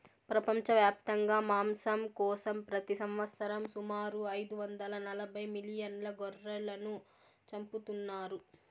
ప్రపంచవ్యాప్తంగా మాంసం కోసం ప్రతి సంవత్సరం సుమారు ఐదు వందల నలబై మిలియన్ల గొర్రెలను చంపుతున్నారు